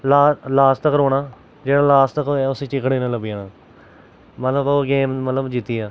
last last तगर रौह्ना जेह्ड़ा लास्ट तगर रोऐ उसी चिकन डिनर लब्भी जाना मतलब ओह् गेम मतलब जित्ती गेआ